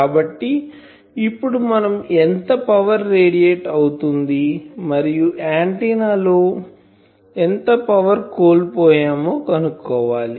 కాబట్టి ఇప్పుడు మనం ఎంత పవర్ రేడియేట్ అవుతుంది మరియు ఆంటిన్నా లో ఎంత పవర్ కోల్పోయామో కనుక్కోవాలి